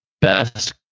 best